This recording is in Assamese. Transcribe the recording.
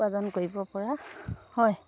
উৎপাদন কৰিব পৰা হয়